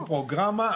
אנחנו בנינו פרוגרמה,